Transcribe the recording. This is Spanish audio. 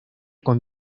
con